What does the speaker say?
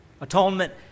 Atonement